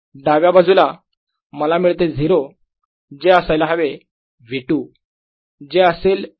डाव्या बाजूला मला मिळते 0 जे असायला हवे V2 जे असेल V2